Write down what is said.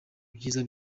byiza